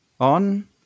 on